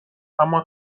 اما